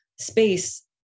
space